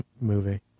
movie